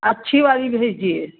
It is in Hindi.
अच्छी वाली भेजिए